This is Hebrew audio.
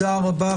תודה רבה.